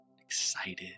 excited